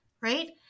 Right